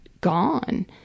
gone